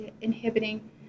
inhibiting